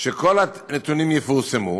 שכל הנתונים יפורסמו,